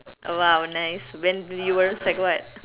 !wow! nice when you were sec what